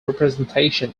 representation